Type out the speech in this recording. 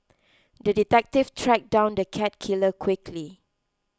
the detective tracked down the cat killer quickly